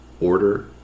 order